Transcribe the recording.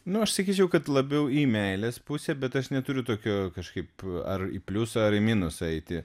nu aš sakyčiau kad labiau į meilės pusę bet aš neturiu tokio kažkaip ar į pliusą ar minusą eiti